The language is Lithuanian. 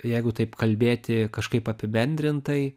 jeigu taip kalbėti kažkaip apibendrintai